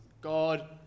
God